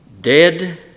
dead